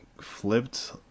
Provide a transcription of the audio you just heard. flipped